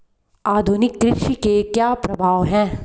आधुनिक कृषि के क्या प्रभाव हैं?